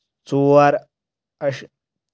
ژور اشہِ